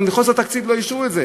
אבל מחוסר תקציב לא אישרו אותן.